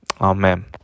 Amen